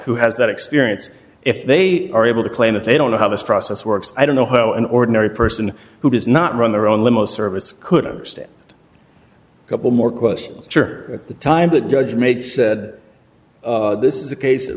who has that experience if they are able to claim that they don't know how this process works i don't know how an ordinary person who does not run their own limo service couldn't stand it a couple more questions at the time that judge made said this is a case